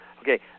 Okay